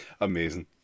Amazing